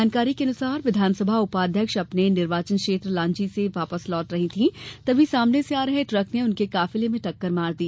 जानकारी के मुताबिक विधानसभा उपाध्यक्ष अपने निर्वाचन क्षेत्र लांजी से वापस लौट रही थीं तभी सामने से आ रहे ट्रक ने उनके काफिले में टक्कर मार दी